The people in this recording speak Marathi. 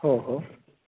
हो हो